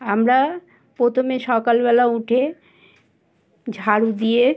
আমরা প্রথমে সকালবেলা উঠে ঝাড়ু দিয়ে